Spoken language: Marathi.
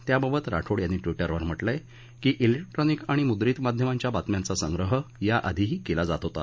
त्याबाबत राठोड यांनी ट्वीटखर म्हटलंय की जिक्ट्रॉनिक आणि मुद्रित माध्यमांच्या बातम्यांचा संग्रह याआधीही केला जात होता